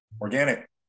organic